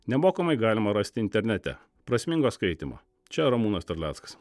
nemokamai galima rasti internete prasmingo skaitymo čia ramūnas terleckas